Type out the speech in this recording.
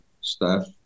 staff